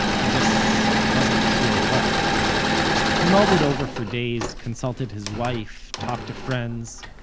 he just wasn't sure what he mulled it over for days, consulted his wife, talked to friends.